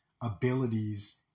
abilities